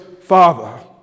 Father